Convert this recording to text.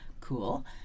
Cool